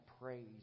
praise